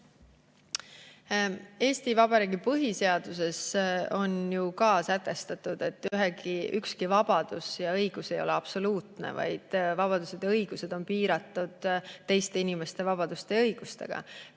Eesti Vabariigi põhiseaduses on ju ka sätestatud, et ükski vabadus ja õigus ei ole absoluutne, vaid vabadused ja õigused on piiratud teiste inimeste vabaduste ja õigustega.